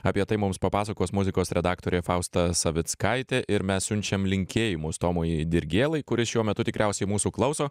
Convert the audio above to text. apie tai mums papasakos muzikos redaktorė fausta savickaitė ir mes siunčiam linkėjimus tomui dirgėlai kuris šiuo metu tikriausiai mūsų klauso